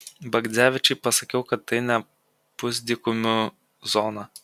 bagdzevičiui pasakiau kad tai ne pusdykumių zona